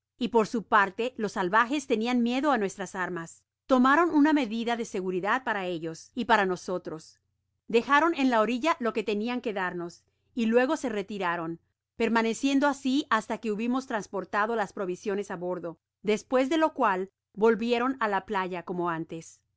y por su parte los salvajes tenian miedo á nuestras armas tomaron una medida de seguridad para ellos y para nosotros dejaron en la orilla o que tenian que darnos y luego se retiraron permaneciendo asi hasta que hubimos transportado las provisiones á bordo despues de lo cual volvieron á la playa como antes no